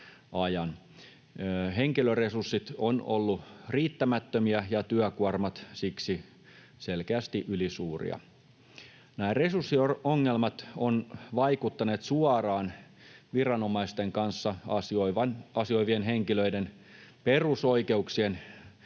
Henkilöresurssit ovat olleet riittämättömiä ja työkuormat siksi selkeästi ylisuuria. Nämä resurssiongelmat ovat vaikuttaneet suoraan viranomaisten kanssa asioivien henkilöiden perusoikeuksien